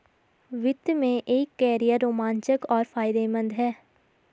वित्त में एक कैरियर रोमांचक और फायदेमंद है